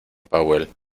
powell